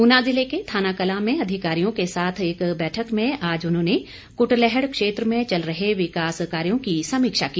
ऊना जिले के थानाकलां में अधिकारियों के साथ एक बैठक में आज उन्होंने कुटलैहड़ क्षेत्र में चल रहे विकास कार्यों की समीक्षा की